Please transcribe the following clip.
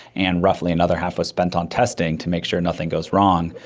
and roughly another half was spent on testing to make sure nothing goes wrong.